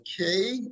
Okay